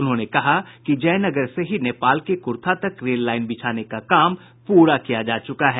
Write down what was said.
उन्होंने कहा कि जयनगर से ही नेपाल के कुर्था तक रेल लाईन बिछाने का काम पूरा किया जा चुका है